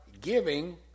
giving